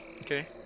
okay